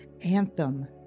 anthem